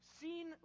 seen